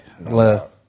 Love